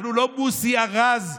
אנחנו לא מוסי רז,